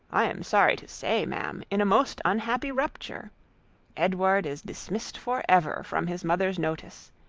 i am sorry to say, ma'am, in a most unhappy rupture edward is dismissed for ever from his mother's notice.